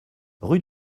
rue